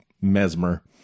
mesmer